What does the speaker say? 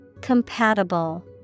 compatible